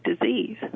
disease